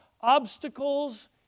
obstacles